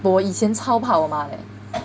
我以前超怕我妈 leh